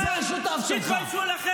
אתם ביקשתם ממנו.